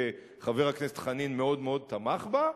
שחבר הכנסת חנין מאוד מאוד תמך בה,